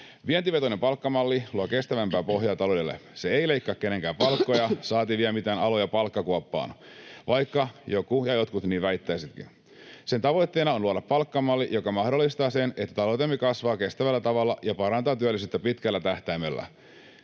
Vientivetoinen palkkamalli luo kestävämpää pohjaa taloudelle. Se ei leikkaa kenenkään palkkoja, saati vie mitään aloja palkkakuoppaan, vaikka joku ja jotkut niin väittäisivätkin. Sen tavoitteena on luoda palkkamalli, joka mahdollistaa sen, että taloutemme kasvaa kestävällä tavalla ja parantaa työllisyyttä pitkällä tähtäimellä.